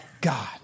God